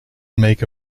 make